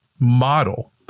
Model